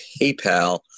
PayPal